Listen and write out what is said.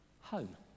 home